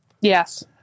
Yes